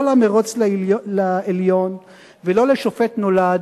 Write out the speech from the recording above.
לא "למירוץ לעליון" ולא "לשופט נולד",